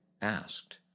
asked